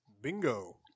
Bingo